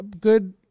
good